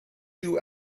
you